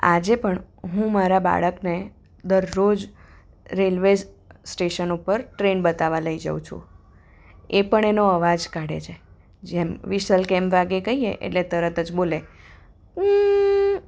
આજે પણ હું મારા બાળકને દરરોજ રેલવેઝ સ્ટેશન ઉપર ટ્રેન બતાવવા લઈ જાઉં છું એ પણ એનો અવાજ કાઢે છે જેમ વિસલ કેમ વાગે કહીએ એટલે તરત જ બોલે પૂં